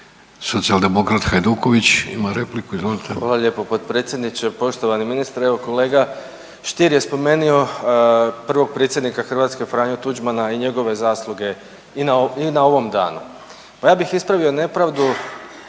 Hvala lijepo potpredsjedniče. Poštovani ministre, evo kolega Stier je spomenio prvog predsjednika Hrvatske Franju Tuđmana i njegove zasluge i na ovom danu. Pa ja bih ispravio nepravdu